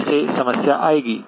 यहीं से समस्या आएगी